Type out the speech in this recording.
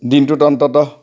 দিনটোত অন্ততঃ